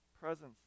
presence